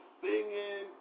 singing